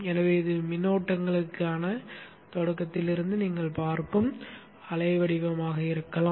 எனவே இது மின்னோட்டங்களுக்கான தொடக்கத்திலிருந்து நீங்கள் பார்க்கும் அலை வடிவ வடிவமாக இருக்கலாம்